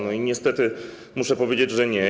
No i niestety muszę powiedzieć, że nie.